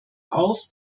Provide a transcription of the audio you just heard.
auf